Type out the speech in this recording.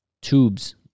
tubes